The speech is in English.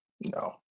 No